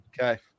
Okay